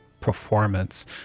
performance